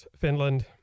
Finland